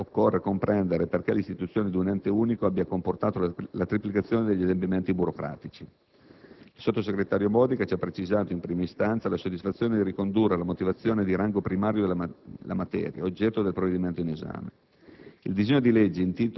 Quanto all'INAF, occorre comprendere perché l'istituzione di un ente unico abbia comportato la triplicazione degli adempimenti burocratici. Il sottosegretario Modica ha precisato, in prima istanza, la soddisfazione di ricondurre alla normazione di rango primario la materia oggetto del provvedimento in esame.